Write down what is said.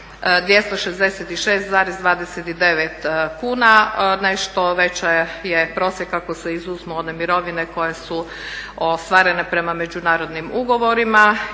2266,29 kuna. Nešto veći je prosjek ako se izuzmu one mirovine koje su ostvarene prema međunarodnim ugovorima